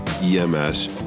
EMS